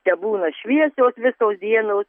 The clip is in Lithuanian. tebūna šviesios visos dienos